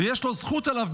ויש לו זכות עליו.